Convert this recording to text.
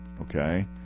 okay